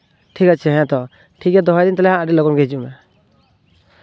ᱴᱷᱤᱠ ᱟᱪᱷᱮ ᱦᱮᱸᱛᱚ ᱴᱷᱤᱠ ᱜᱮᱭᱟ ᱫᱚᱦᱚᱭᱮᱫᱟᱹᱧ ᱦᱟᱸᱜ ᱟᱹᱰᱤ ᱠᱚᱜᱚᱱ ᱜᱮ ᱦᱤᱡᱩᱜ ᱢᱮ